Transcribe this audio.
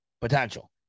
potential